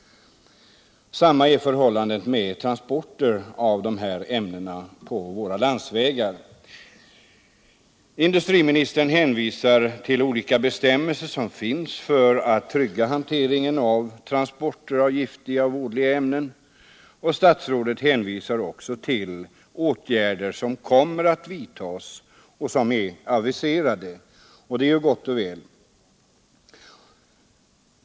Det är samma förhållande med transporter av dessa ämnen på våra landsvägar. 35 Industriministern hänvisar till olika bestämmelser som finns för att trygga hantering och transport av giftiga och vådliga ämnen. Statsrådet hänvisar också till åtgärder som kommer att vidtas och som är aviserade — och det är ju gott och väl.